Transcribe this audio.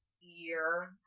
year